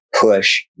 push